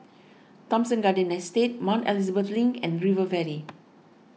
Thomson Garden Estate Mount Elizabeth Link and River Valley